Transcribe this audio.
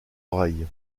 oreilles